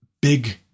big